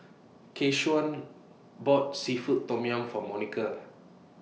Keshaun bought Seafood Tom Yum For Monika